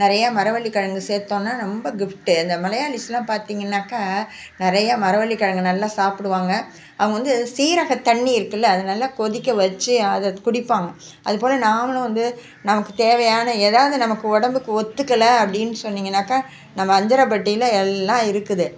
நிறையா மரவள்ளிக்கிழங்கு சேர்த்தோம்னா ரொம்ப கிஃப்ட்டு அந்த மலையாளிஸ்லாம் பார்த்திங்கனாக்கா நிறையா மரவள்ளிக்கிழங்கு நல்லா சாப்பிடுவாங்க அவங்க வந்து சீரகத்தண்ணி இருக்குல்ல அதை நல்லா கொதிக்க வச்சு அதை குடிப்பாங்க அதுப்போல் நாமளும் வந்து நமக்கு தேவையான எதாவது நமக்கு உடம்புக்கு ஒத்துக்கல அப்படின்னு சொன்னிங்கன்னாக்கா நம்ம அஞ்சறைபெட்டில எல்லாம் இருக்குது